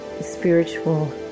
spiritual